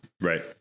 Right